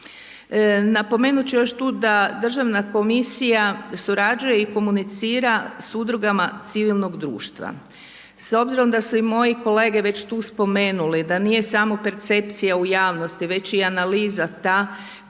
Napomenut ću još tu da državna komisija surađuje i komunicira s udrugama civilnog društva. S obzirom da su i moji kolege već tu spomenuli da nije samo percepcija u javnosti već i analiza ta koja